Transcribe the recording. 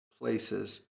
places